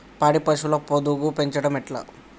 పాడి పశువుల పొదుగు పెంచడం ఎట్లా?